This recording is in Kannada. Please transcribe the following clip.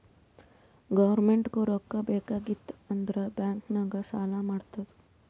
ಗೌರ್ಮೆಂಟ್ಗೂ ರೊಕ್ಕಾ ಬೇಕ್ ಆಗಿತ್ತ್ ಅಂದುರ್ ಬ್ಯಾಂಕ್ ನಾಗ್ ಸಾಲಾ ಮಾಡ್ತುದ್